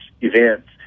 events